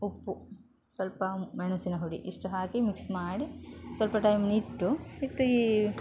ಉಪ್ಪು ಸ್ವಲ್ಪ ಮೆಣಸಿನಹುಡಿ ಇಷ್ಟು ಹಾಕಿ ಮಿಕ್ಸ್ ಮಾಡಿ ಸ್ವಲ್ಪ ಟೈಮ್ನಿಟ್ಟು ಇಟ್ಟು ಈ